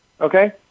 okay